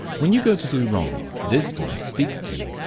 when you go to do wrong this voice speaks to you.